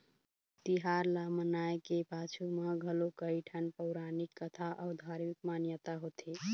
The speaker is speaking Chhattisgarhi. तिहार ल मनाए के पाछू म घलोक कइठन पउरानिक कथा अउ धारमिक मान्यता होथे